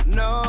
no